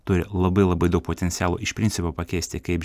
turi labai labai daug potencialo iš principo pakeisti kaip